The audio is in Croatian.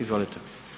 Izvolite.